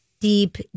deep